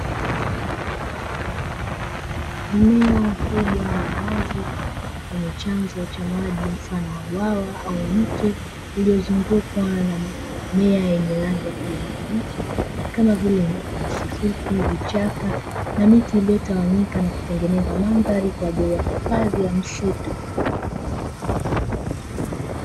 Eneo kubwa la wazi lenye chanzo cha maji mfano wa bwawa au mto uliozungukwa na mimea yenye rangi ya kijani kibichi kama vile nyasifupi, vichaka na miti limetawanyika na kutengeneza mandhari kwa ajili ya hifadhi ya misitu.